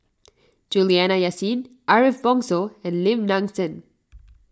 Juliana Yasin Ariff Bongso and Lim Nang Seng